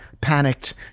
panicked